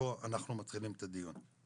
מפה אנחנו מתחילים את הדיון.